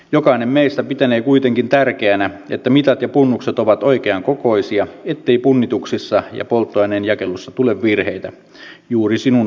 jokainen meistä pitänee kuitenkin tärkeänä että mitat ja punnukset ovat oikeankokoisia ettei punnituksissa ja polttoaineen jakelussa tule virheitä juuri sinun vahingoksesi